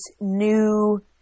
new